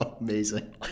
amazing